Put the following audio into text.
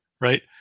right